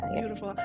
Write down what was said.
beautiful